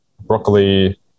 broccoli